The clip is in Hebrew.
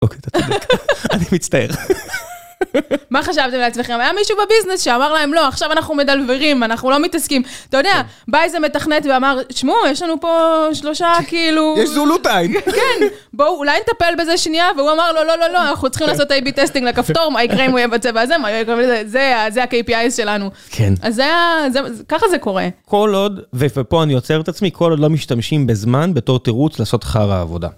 אוקיי, אני מצטער. מה חשבתם לעצמכם? היה מישהו בביזנס שאמר להם, לא, עכשיו אנחנו מדלברים, אנחנו לא מתעסקים. אתה יודע, בייזר מתכנת ואמר, שמעו, יש לנו פה שלושה כאילו... יש זולותיים. כן, בואו אולי נטפל בזה שנייה, והוא אמר, לא, לא, לא, לא, אנחנו צריכים לעשות A-B טסטינג לכפתור, מה יקרה אם הוא יהיה בצבע הזה? מה יקרה אם הוא יהיה בצבע בזה? זה ה-KPI שלנו. כן. אז זה היה, ככה זה קורה. כל עוד, ופה אני עוצר את עצמי, כל עוד לא משתמשים בזמן בתור תירוץ לעשות חרא עבודה.